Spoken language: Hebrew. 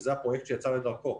וזה הפרויקט שיצא לדרכו,